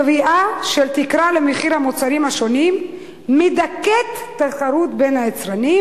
קביעה של תקרה למחיר המוצרים השונים מדכאת תחרות בין היצרנים,